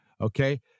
Okay